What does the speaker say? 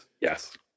yes